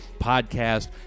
podcast